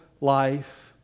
life